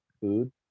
food